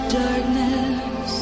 darkness